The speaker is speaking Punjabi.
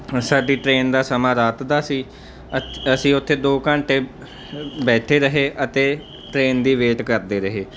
ਸਾਡੀ ਟਰੇਨ ਦਾ ਸਮਾਂ ਰਾਤ ਦਾ ਸੀ ਅ ਅਸੀਂ ਉੱਥੇ ਦੋ ਘੰਟੇ ਬੈਠੇ ਰਹੇ ਅਤੇ ਟਰੇਨ ਦੀ ਵੇਟ ਕਰਦੇ ਰਹੇ